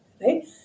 right